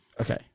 Okay